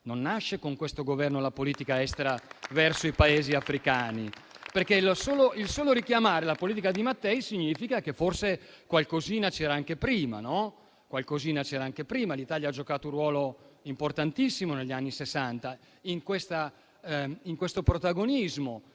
non nasce con questo Governo la politica estera verso i Paesi africani. Il solo richiamare la politica di Mattei significa che forse qualcosina c'era anche prima. L'Italia ha giocato un ruolo importantissimo negli anni Sessanta, in questo protagonismo